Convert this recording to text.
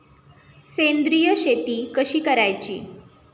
सेंद्रिय शेती कशी करायची?